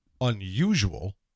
unusual